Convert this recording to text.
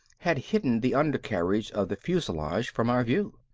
had hidden the undercarriage of the fuselage from our view.